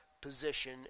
position